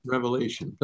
Revelation